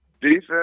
Defense